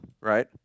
right